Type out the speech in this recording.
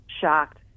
shocked